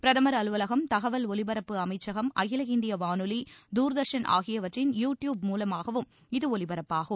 பிரதம் அலுவலகம் தகவல் ஒலிப்பரப்பு அமைச்சகம் அகில இந்திய வானொலி தூர்தர்ஷன் ஆகியவற்றின் யூ டியூப் மூலமாகவும் இது ஒலிபரப்பாகும்